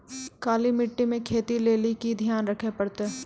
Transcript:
काली मिट्टी मे खेती लेली की ध्यान रखे परतै?